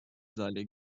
зале